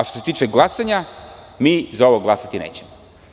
Što se tiče glasanja za ovo glasati nećemo.